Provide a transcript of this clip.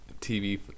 TV